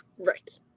Right